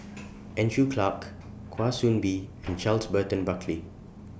Andrew Clarke Kwa Soon Bee and Charles Burton Buckley